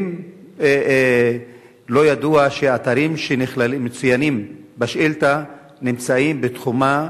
האם לא ידוע שאתרים שמצוינים בשאילתא נמצאים בתחומה